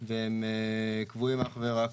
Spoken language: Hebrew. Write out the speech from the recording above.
והם קבועים אך ורק